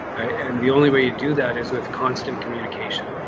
and the only way you do that is with constant communication.